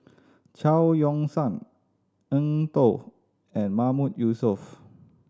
Chao Yoke San Eng Tow and Mahmood Yusof